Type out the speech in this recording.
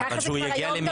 ככה זה גם היום.